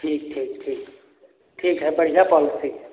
ठीक ठीक ठीक ठीक है बढ़िया पॉलिसी है